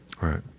Right